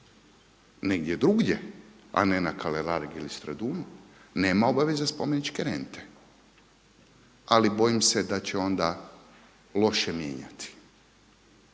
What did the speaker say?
negdje drugdje a ne na Kalerargi ili Stradunu nema obaveze spomeničke rente. Ali bojim se da će onda loše mijenjati.